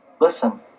Listen